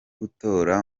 gutora